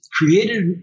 Created